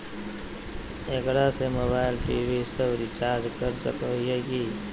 एकरा से mobile TV सब रिचार्ज कर सको हियै की?